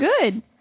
good